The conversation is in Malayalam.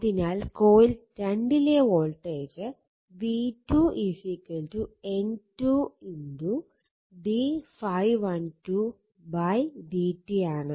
അതിനാൽ കോയിൽ 2 ലെ voltage v2 N2 d ∅12 dt ആണ്